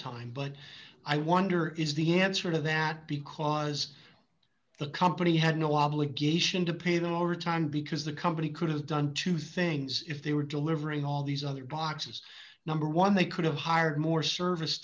overtime but i wonder is the answer to that because the company had no obligation to pay them overtime because the company could have done two things if they were delivering all these other boxes number one they could have hired more service